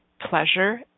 pleasure